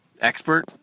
expert